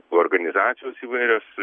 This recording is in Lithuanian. organizacijos įvairios